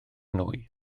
nwy